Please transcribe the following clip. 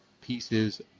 pieces